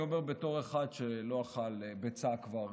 אני אומר בתור אחד שלא אכל ביצה כבר,